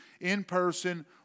in-person